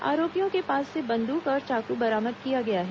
आरोपियों के पास से बंदूक और चाकू बरामद किया गया है